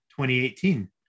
2018